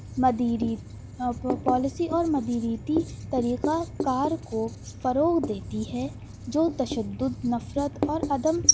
مدیری اور پالیسی اور مدیریتی پالیسی طریقہ کار کو فروغ دیتی ہے جو تشدد نفرت اور عدم